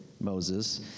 Moses